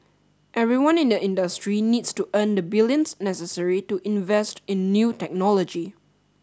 everyone in the industry needs to earn the billions necessary to invest in new technology